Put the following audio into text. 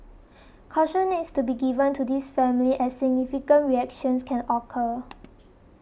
caution needs to be given to these families as significant reactions can occur